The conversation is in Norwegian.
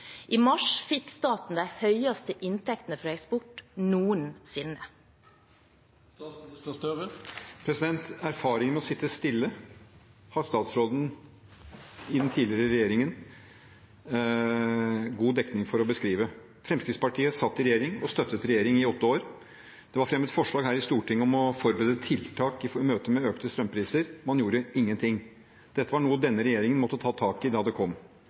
I mars fikk staten de høyeste inntektene fra eksport noensinne. Erfaringen med å sitte stille har statsråden i den tidligere regjeringen god dekning for å beskrive. Fremskrittspartiet satt i regjering – og støttet regjering – i åtte år. Det var fremmet forslag her i Stortinget om å forberede tiltak i møte med økte strømpriser. Man gjorde ingenting. Dette var noe denne regjeringen måtte ta tak i da det kom.